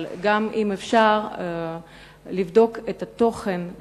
אבל גם אם אפשר לבדוק את התוכן,